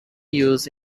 used